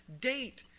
date